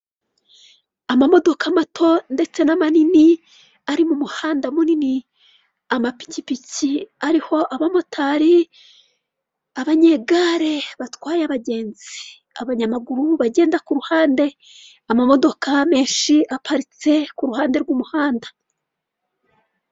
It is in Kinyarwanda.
Amamodoka mato ndetse n'amanini ari mu muhanda munini, amapikipiki ariho abamotari, abanyegare batwaye abagenzi, abanyamaguru bagenda ku ruhande, amamodoka menshi aparitse ku ruhande rw'umuhanda.